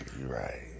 right